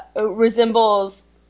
resembles